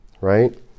Right